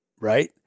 right